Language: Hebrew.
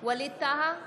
ווליד טאהא,